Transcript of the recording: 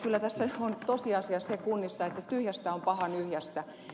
kyllä tässä se on tosiasia kunnissa että tyhjästä on paha nyhjästä